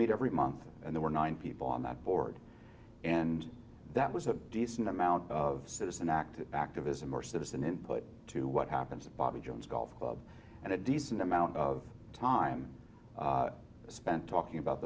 meet every month and there were nine people on that board and that was a decent amount of citizen active activism or citizen input to what happens at bobby jones golf club and a decent amount of time spent talking about